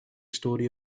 story